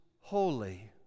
holy